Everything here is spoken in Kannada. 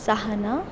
ಸಹನಾ